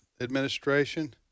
administration